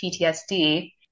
PTSD